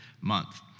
month